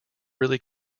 really